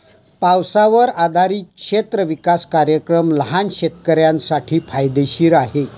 पावसावर आधारित क्षेत्र विकास कार्यक्रम लहान शेतकऱ्यांसाठी फायदेशीर आहे